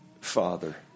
father